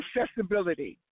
accessibility